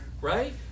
right